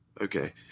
Okay